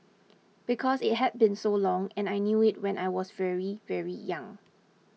because it had been so long and I knew it when I was very very young